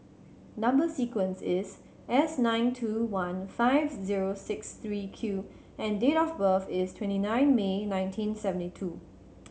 number sequence is S nine two one five zero six three Q and date of birth is twenty nine May nineteen seventy two